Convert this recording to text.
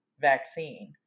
vaccine